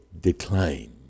decline